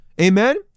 Amen